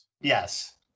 yes